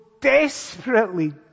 desperately